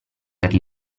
per